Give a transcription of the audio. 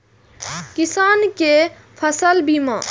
किसान कै फसल बीमा?